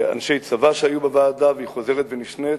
אנשי צבא שהיו בוועדה, והיא חוזרת ונשנית: